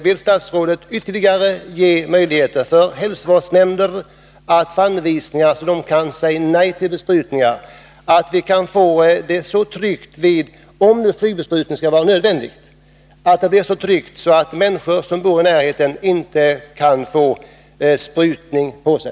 Vill statsrådet ge hälsovårdsnämnderna ytterligare anvisningar, så att de kan säga nej till besprutningar? Kan det bli så tryggt att, om nu flygbesprutning är nödvändig, människor som bor i närheten inte behöver få bekämpningsmedel på sig?